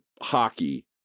hockey